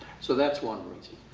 so that's one reason.